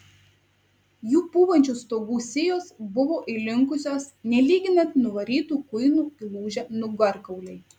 jų pūvančių stogų sijos buvo įlinkusios nelyginant nuvarytų kuinų įlūžę nugarkauliai